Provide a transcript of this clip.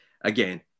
again